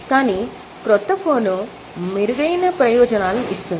కానీ క్రొత్త ఫోన్ మెరుగైన ప్రయోజనాలను ఇస్తుంది